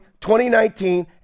2019